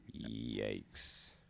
yikes